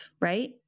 right